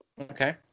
okay